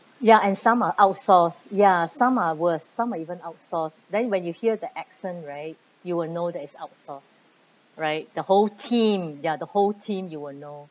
ya and some are outsourced ya some are worse some are even outsourced then when you hear the accent right you will know that it's outsourced right the whole team they are the whole team you will know